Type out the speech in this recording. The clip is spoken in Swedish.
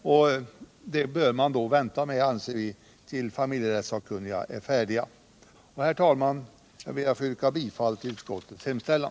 Och det bör man vänta med, anser vi, tills familjerättssakkunniga är färdiga. Herr talman! Jag ber att få yrka bifall till utskottets hemställan.